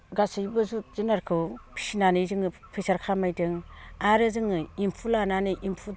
गासैबो जिब जुनारखौ फिसिनानै जोङो फैसा खामायदों आरो जोङो एम्फौ लानानै एम्फौ